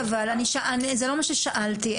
זה לא מה ששאלתי,